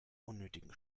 unnötigen